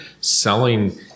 selling